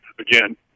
Again